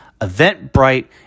Eventbrite